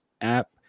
app